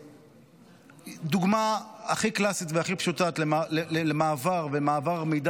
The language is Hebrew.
דוגמה הכי קלאסית והכי פשוטה למעבר מידע